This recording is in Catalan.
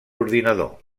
ordinador